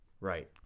Right